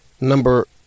Number